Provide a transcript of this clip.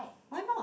why not